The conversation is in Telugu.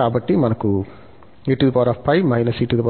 కాబట్టి మనకు సమ్మషన్